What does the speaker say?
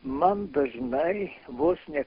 man dažnai vos ne